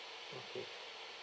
okay